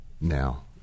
Now